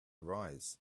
arise